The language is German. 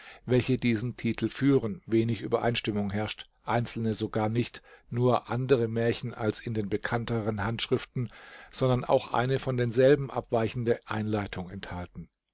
welche diesen titel führen wenig übereinstimmung herrscht einzelne sogar nicht nur andere märchen als in den bekannteren handschriften sondern auch eine von denselben abweichende einleitung enthalten